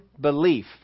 belief